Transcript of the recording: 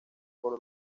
por